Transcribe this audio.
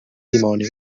dimoni